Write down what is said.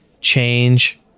change